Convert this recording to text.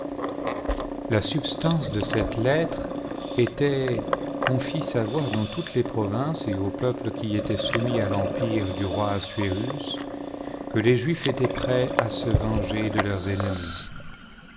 la substance de cette lettre était qu'on fît savoir dans toutes les provinces et aux peuples qui étaient soumis à l'empire du roi assuérus que les juifs étaient prêts à se venger de leurs ennemis